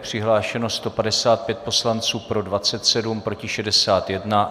Přihlášeno 155 poslanců, pro 27, proti 61.